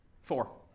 Four